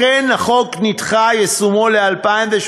אכן, החוק נדחה יישומו ל-2018,